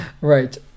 Right